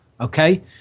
okay